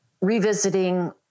revisiting